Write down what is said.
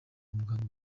muganga